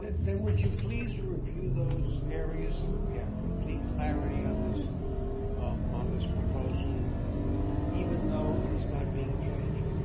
then would you please review those areas so that we have complete clarity on this um on this proposal even though it is not being changed?